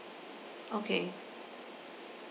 okay